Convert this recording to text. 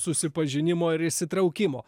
susipažinimo ir įsitraukimo